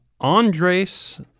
Andres